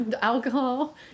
alcohol